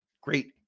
Great